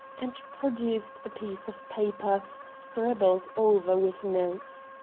and produced a piece of paper scribbled over with notes.